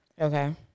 Okay